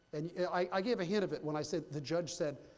and yeah i gave a hint of it when i said the judge said,